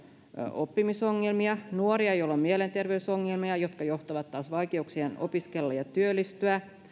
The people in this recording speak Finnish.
oppimisongelmia nuoria joilla on mielenterveysongelmia jotka johtavat taas vaikeuksiin opiskella ja työllistyä